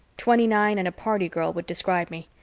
twenty-nine and a party girl would describe me.